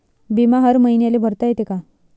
बिमा हर मईन्याले भरता येते का?